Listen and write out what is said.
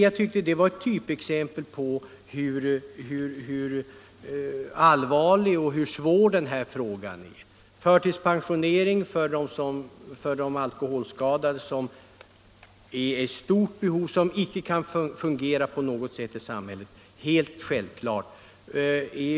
Jag tycker detta är ett typexempel på hur allvarlig och svår den här frågan är. Förtidspensionering för de alkoholskadade som är i behov av det och som inte kan fungera på något sätt i samhället är någonting helt självklart.